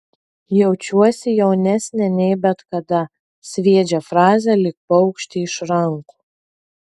jaučiuosi jaunesnė nei bet kada sviedžia frazę lyg paukštį iš rankų